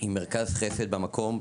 עם מרכז חסד במקום,